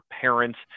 parents